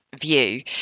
view